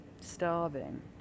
starving